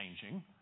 changing